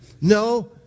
No